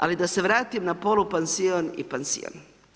Ali da se vratim na polupansion i pansion.